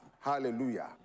hallelujah